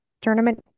tournament